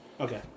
Okay